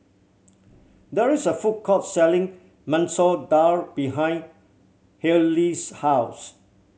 there is a food court selling Masoor Dal behind Hailie's house